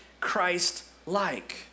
Christ-like